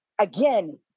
again